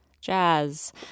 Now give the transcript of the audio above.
jazz